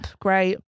great